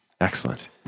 Excellent